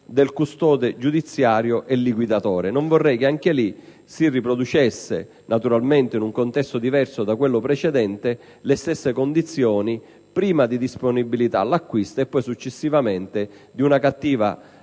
dal custode giudiziario e liquidatore. Non vorrei che anche in quel caso si riproducessero, naturalmente in un contesto diverso da quello precedente, le stesse condizioni: prima una disponibilità all'acquisto e poi successivamente una cattiva gestione